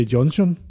Johnson